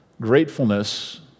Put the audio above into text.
gratefulness